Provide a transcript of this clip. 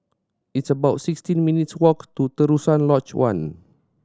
it's about sixteen minutes' walk to Terusan Lodge One